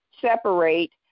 separate